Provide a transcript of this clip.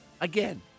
again